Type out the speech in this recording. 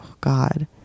god